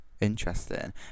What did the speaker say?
Interesting